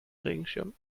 regenschirm